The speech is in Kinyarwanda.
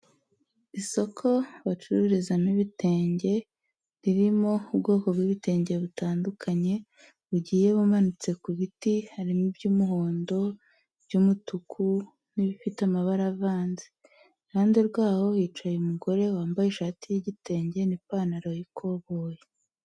Isoko bacururizamo ibitenge ririmo ubwoko bw'ibitenge butandukanye, bugiye bumanitse ku biti harimo iby'umuhondo by'umutuku, n'ibifite amabara avanze, iruhande rwaho hicaye umugore wambaye ishati y'igitenge n'ipantaro y'ikoboyi.